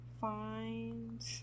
find